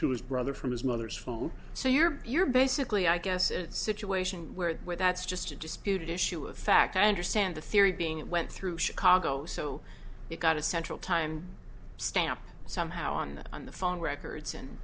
two his brother from his mother's phone so you're you're basically i guess at situation where with that's just a disputed issue of fact i understand the theory being it went through chicago so it got a central time stamp somehow on on the phone records and